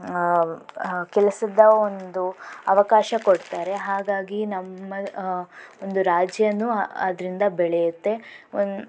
ಕೆಲಸದ ಒಂದು ಅವಕಾಶ ಕೊಡ್ತಾರೆ ಹಾಗಾಗಿ ನಮ್ಮದು ಒಂದು ರಾಜ್ಯನೂ ಅದರಿಂದ ಬೆಳೆಯುತ್ತೆ ಒನ್